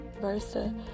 versa